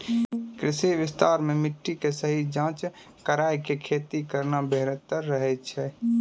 कृषि विस्तार मॅ मिट्टी के सही जांच कराय क खेती करना बेहतर रहै छै